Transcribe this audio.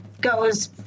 goes